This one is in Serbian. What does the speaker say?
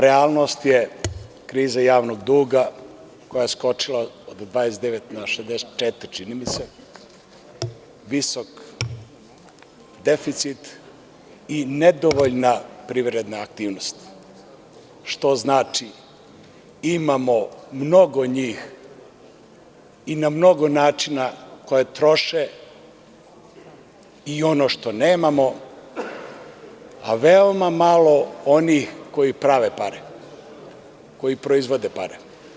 Realnost je kriza javnog duga koja je skočila sa 29 na 64 čini mi se, visok deficit i nedovoljna privredna aktivnost, što znači da imamo mnogo njih i na mnogo načina koji troše i ono što nemamo, a veoma malo onih koji prave pare, koji proizvode pare.